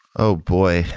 oh, boy.